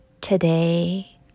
Today